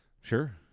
Sure